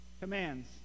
commands